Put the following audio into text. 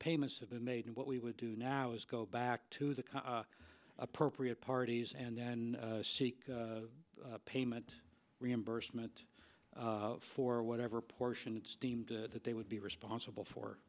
payments have been made and what we would do now is go back to the appropriate parties and then seek payment reimbursement for whatever portion it's deemed that they would be responsible for